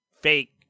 fake